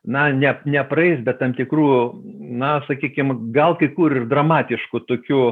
na ne nepraeis be tam tikrų na sakykim gal kai kur ir dramatiškų tokių